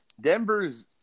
denver's